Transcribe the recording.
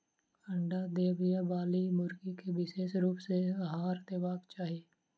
अंडा देबयबाली मुर्गी के विशेष रूप सॅ आहार देबाक चाही